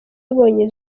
yabonye